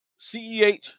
CEH